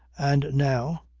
and now,